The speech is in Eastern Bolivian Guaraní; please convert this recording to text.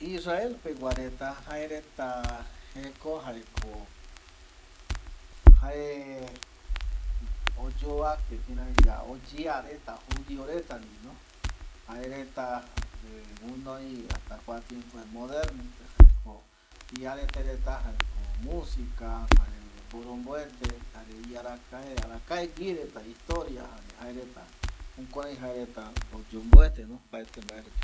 Israel pegua reta jaereta jeko jaeko jae oyopake kuraiyae oyea reta judio reta ndie jareta gułnoi hasta kua tiempo moderno jaeko iarete reta jaeko musica jare mboromboete jare arakaeguie reta historia jare jukurai jaereta oyomboeteno opaete mbaerupi